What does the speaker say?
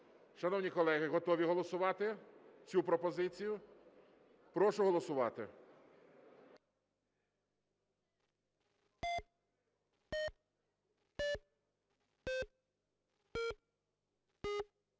Шановні колеги, готові голосувати цю пропозицію? Прошу голосувати.